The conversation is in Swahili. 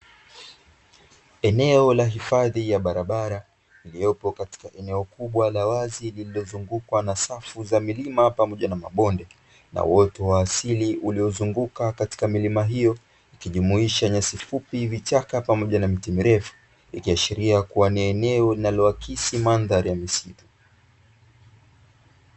Eneo la hifadhi ya barabara lililopo katika eneo kubwa la wazi, lililozungukwa na safu za milima pamoja na mabonde na uoto wa asili, uliozunguka katika milima hiyo ikijumuisha nyasi fupi, vichaka pamoja na miti mirefu. Ikiashiri kuwa ni eneo linaloakisi mandhari ya misitu.